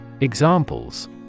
Examples